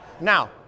Now